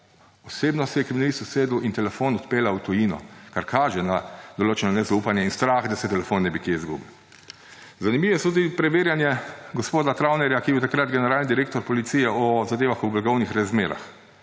Osebno se je kriminalist usedel in telefon odpeljal v tujino, kar kaže na določeno nezaupanje in strah, da se telefon ne bi kje izgubil. Zanimiva so tudi preverjanja gospoda Travnerja, ki je bil takrat generalni direktor policije, o zadevah v blagovnih rezervah.